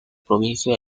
provincia